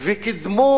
וקידמו